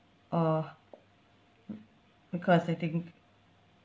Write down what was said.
or m~ because I think